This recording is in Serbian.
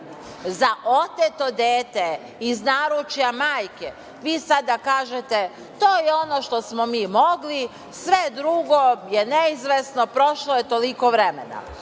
za oteto dete iz naručja majke, vi sada kažete - to je ono što smo mi mogli, sve drugo je neizvesno, prošlo je toliko vremena.